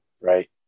right